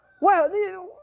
Wow